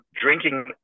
drinking